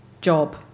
job